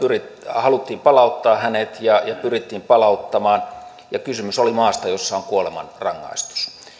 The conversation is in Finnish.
haluttiin palauttaa ja pyrittiin palauttamaan ja kysymys oli maasta jossa on kuolemanrangaistus